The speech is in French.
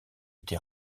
été